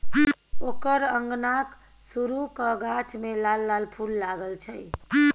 ओकर अंगनाक सुरू क गाछ मे लाल लाल फूल लागल छै